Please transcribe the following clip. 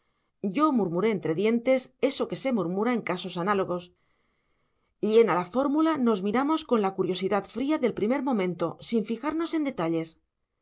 yo murmuré entre dientes eso que se murmura en casos análogos llena la fórmula nos miramos con la curiosidad fría del primer momento sin fijarnos en detalles